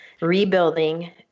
rebuilding